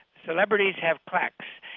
celebrities have quacks,